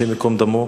השם ייקום דמו,